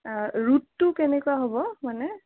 ৰুটটো কেনেকুৱা হ'ব মানে